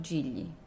Gigli